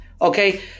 Okay